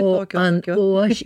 o an o aš